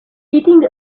eating